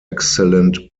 excellent